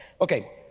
okay